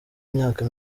myaka